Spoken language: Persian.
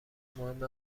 مهم